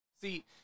See